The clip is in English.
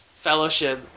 fellowship